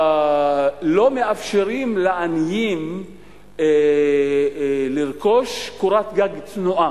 ולא מאפשרים לעניים לרכוש קורת גג צנועה.